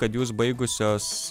kad jūs baigusios